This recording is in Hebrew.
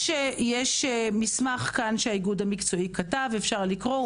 יש מסמך שהאיגוד המקצועי כתב ואפשר לקרוא אותו.